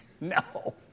No